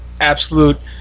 absolute